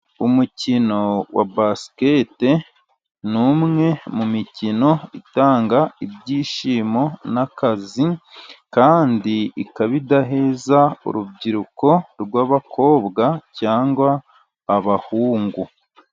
Umukino wa basiketi ni umwe mu mikino itanga ibyishimo n'akazi. Kandi ikaba idaheza urubyiruko rw'bakobwa cyangwa abahungu.